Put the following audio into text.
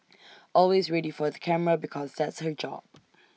always ready for the camera because that's her job